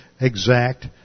exact